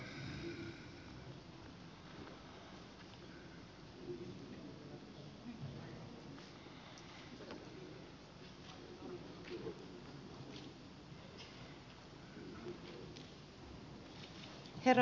herra puhemies